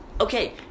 okay